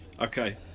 Okay